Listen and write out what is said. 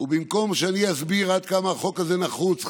ובמקום שאני אסביר עד כמה החוק הזה נחוץ,